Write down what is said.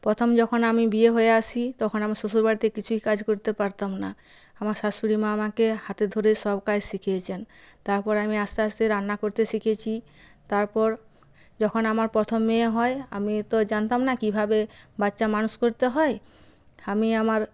প্রথম যখন আমি বিয়ে হয়ে আসি তখন আমার শ্বশুরবাড়িতে কিছুই কাজ করতে পারতাম না আমার শাশুড়িমা আমাকে হাতে ধরে সব কাজ শিখিয়েছেন তারপরে আমি আস্তে আস্তে রান্না করতে শিখেছি তারপর যখন আমার প্রথম মেয়ে হয় আমি তো জানতাম না কীভাবে বাচ্চা মানুষ করতে হয় আমি আমার